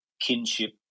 kinship